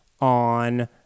on